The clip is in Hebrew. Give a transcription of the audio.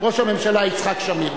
ראש הממשלה יצחק שמיר.